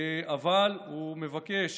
אבל הוא מבקש